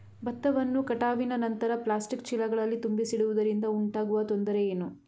ಭತ್ತವನ್ನು ಕಟಾವಿನ ನಂತರ ಪ್ಲಾಸ್ಟಿಕ್ ಚೀಲಗಳಲ್ಲಿ ತುಂಬಿಸಿಡುವುದರಿಂದ ಉಂಟಾಗುವ ತೊಂದರೆ ಏನು?